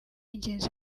ingenzi